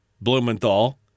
Blumenthal